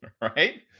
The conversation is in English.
right